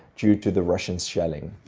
due to the russian shelling.